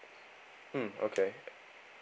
mm okay